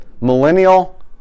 Millennial